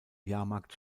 jahrmarkt